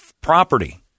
property